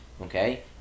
okay